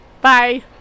Bye